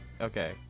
Okay